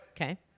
Okay